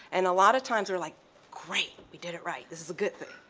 and a lot of times we're like great, we did it right, this is a good thing,